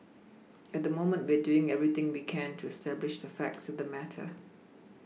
at the moment we are doing everything we can to establish the facts of the matter